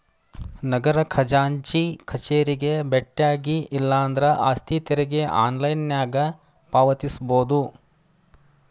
ನಗರ ಖಜಾಂಚಿ ಕಚೇರಿಗೆ ಬೆಟ್ಟ್ಯಾಗಿ ಇಲ್ಲಾಂದ್ರ ಆಸ್ತಿ ತೆರಿಗೆ ಆನ್ಲೈನ್ನ್ಯಾಗ ಪಾವತಿಸಬೋದ